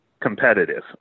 competitive